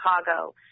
Chicago